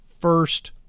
first